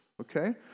okay